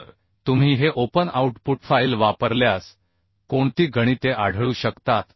तर तुम्ही हे ओपन आउटपुट फाइल वापरल्यास कोणती गणिते आढळू शकतात